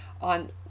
on